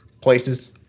places